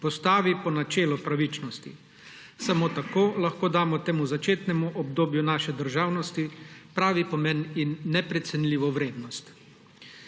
postavijo po načelu pravičnosti. Samo tako lahko damo temu začetnemu obdobju naše državnosti pravi pomen in neprecenljivo vrednost.